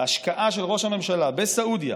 וההשקעה של ראש הממשלה בסעודיה,